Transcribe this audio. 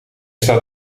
staat